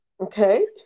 Okay